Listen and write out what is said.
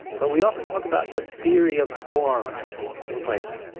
but we often talk about the theory of forms in plato,